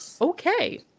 Okay